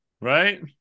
Right